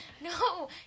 No